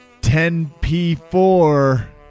10P4